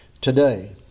today